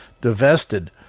divested